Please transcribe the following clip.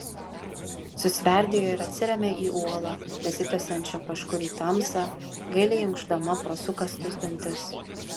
susverdėjo ir atsirėmė į uolą besitęsiančią kažkur į tamsą gailiai unkšdama pro sukąstus dantis